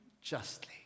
justly